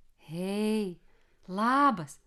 hei labas